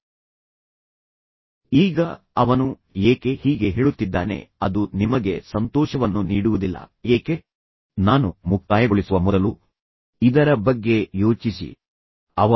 ಬಾಲ್ಯದ ಹಂತದಲ್ಲಿ ಹೇಳಬಹುದಾದಂತೆ ನೀವು ಮಗನಿಗೆ ಹೇಳಬಹುದು ಮಗನನ್ನು ನೋಡಿ ಎಷ್ಟು ಸ್ವಾಮ್ಯಸೂಚಕವಾಗಿದ್ದೆ ನೀನು ನಿನ್ನ ತಂದೆಯೊಂದಿಗೆ ನೀನು ಯಾವಾಗಲೂ ಆತನ ತೊಡೆಯ ಮೇಲೆ ಮಲಗುತ್ತಿದ್ದೆ ಅಥವಾ ಈ ಎದೆಯ ಮೇಲೆ ಮಲಗುತ್ತಿದ್ದೆ